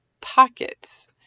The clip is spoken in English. pockets